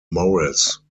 morris